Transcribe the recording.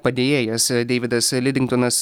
padėjėjas deividas lidingtonas